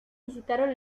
visitaron